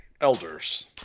elders